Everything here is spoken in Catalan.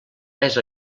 més